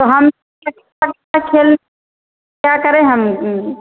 तो हम क्या करें हम